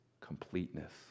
completeness